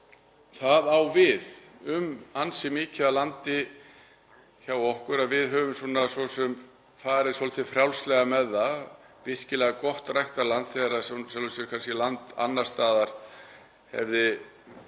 Það á við um ansi mikið af landi hjá okkur að við höfum farið svolítið frjálslega með það, virkilega gott ræktarland þegar land annars staðar hefði kannski